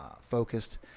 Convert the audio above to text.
focused